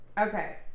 okay